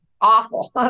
awful